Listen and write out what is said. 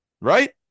Right